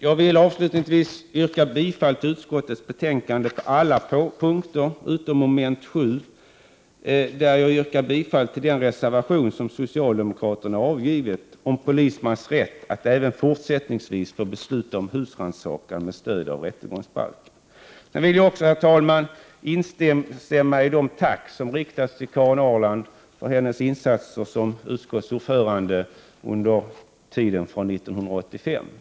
Jag vill avslutningsvis yrka bifall till utskottets hemställan på alla punkter utom mom. 7, där jag yrkar bifall till den reservation som socialdemokraterna avgivit om polismans rätt att även fortsättningsvis få besluta om husrannsakan med stöd av rättegångsbalken. Herr talman! Jag vill också instämma i de tack som riktats till Karin Ahrland för hennes insatser som utskottets ordförande under tiden från 1985.